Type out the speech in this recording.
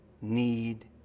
need